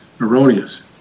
erroneous